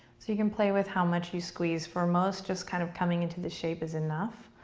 so you can play with how much you squeeze. for most, just kind of coming into this shape is enough.